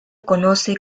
conoce